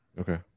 Okay